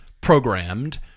programmed